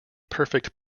perfect